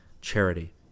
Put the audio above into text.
charity